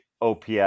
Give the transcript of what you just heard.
OPS